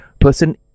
person